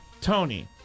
Tony